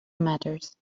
matters